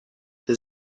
der